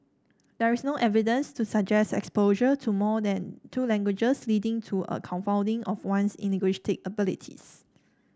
there is no evidence to suggest exposure to more than two languages leading to a confounding of one's linguistic abilities